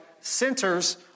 centers